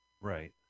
Right